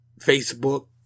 Facebook